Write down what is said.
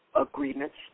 agreements